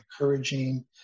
encouraging